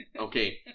Okay